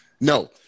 No